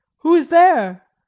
who is there?